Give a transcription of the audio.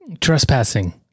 trespassing